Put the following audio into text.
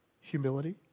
humility